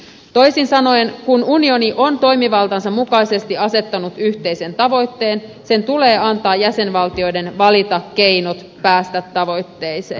toisin sanoen kun unioni on toimivaltansa mukaisesti asettanut yhteisen tavoitteen sen tulee antaa jäsenvaltioiden valita keinot päästä tavoitteeseen